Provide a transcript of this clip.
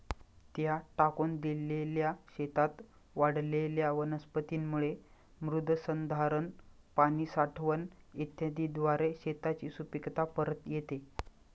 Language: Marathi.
त्या टाकून दिलेल्या शेतात वाढलेल्या वनस्पतींमुळे मृदसंधारण, पाणी साठवण इत्यादीद्वारे शेताची सुपीकता परत येते